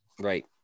Right